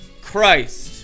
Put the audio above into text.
Christ